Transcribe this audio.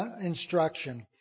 instruction